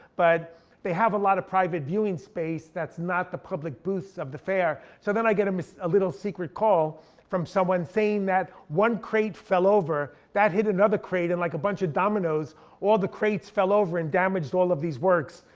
but they have a lot of private viewing space that's not the public booths of the fair. so then i get a miss a little secret call from someone saying that one crate fell over, that hit another crate, and like a bunch of dominoes all the crates fell over and damaged all of these works,